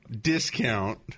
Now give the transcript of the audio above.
discount